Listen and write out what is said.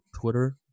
Twitter